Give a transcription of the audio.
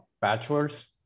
bachelor's